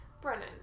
Brennan